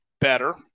better